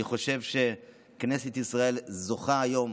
אני חושב שכנסת ישראל זוכה היום